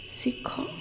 ଶିଖ